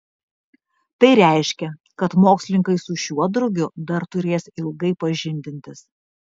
tai reiškia kad mokslininkai su šiuo drugiu dar turės ilgai pažindintis